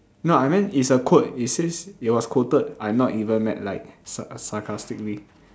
no I meant it's a quote it says it was quoted I'm not even mad like sa~ sarcastically